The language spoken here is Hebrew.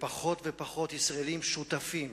ופחות ופחות ישראלים שותפים